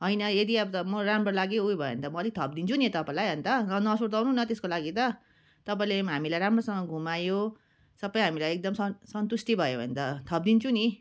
होइन यदि अब त म राम्रो लाग्यो उयो भने त म अलिक थपिदिन्छु नि त तपाईँलाई अन्त न नसुर्ताउनु न त्यसको लागि त तपाईँले हामीलाई राम्रोसँग घुमायो सबै हामीलाई एकदम सन् सन्तुष्टि भयो भने त थपिदिन्छु नि